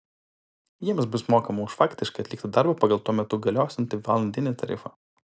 jiems bus mokama už faktiškai atliktą darbą pagal tuo metu galiosiantį valandinį tarifą